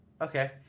Okay